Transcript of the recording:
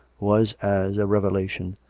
was as a revelation.